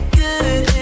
good